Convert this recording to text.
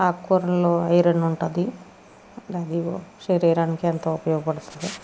ఆకుకూరలలో iron ఉంటుంది అది శరీరానికి ఎంతో ఉపయోగపడుతుంది